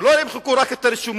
שלא ימחקו רק את הרישומים,